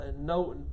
no